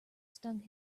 stung